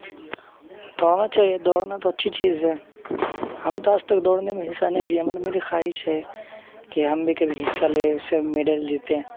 دوڑنا چاہیے دوڑنا تو اچھی چیز ہے ہم تو آج تک دوڑنے میں حصہ نہیں لیے مگر میری خواہش ہے کہ ہم بھی کبھی حصہ لیں اس سے میڈل جیتیں